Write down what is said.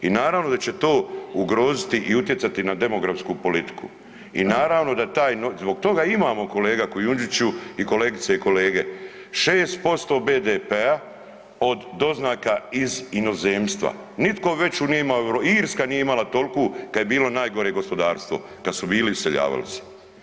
I naravno da će to ugroziti i utjecati na demografsku politiku i naravno da taj, i zbog toga imamo kolega Kujundžiću i kolegice i kolege 6% BDP-a od doznaka iz inozemstva, nitko veću nije imao u Europi, Irska nije imala tolku kad je bilo najgore gospodarstvo, kad su bili iseljavali se.